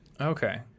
Okay